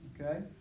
Okay